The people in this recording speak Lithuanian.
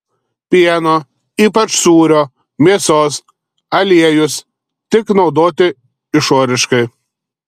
pieno ypač sūrio mėsos aliejus tik naudoti išoriškai